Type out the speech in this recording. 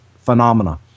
phenomena